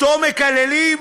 אותו מקללים?